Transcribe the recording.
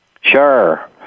Sure